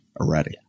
already